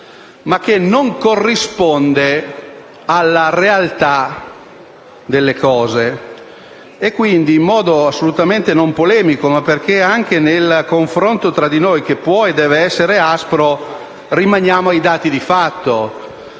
ma che non corrisponde alla realtà delle cose. Quindi, intervengo in modo assolutamente non polemico, perché anche nel confronto tra di noi che può e deve essere aspro, rimaniamo ai dati di fatto.